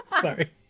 Sorry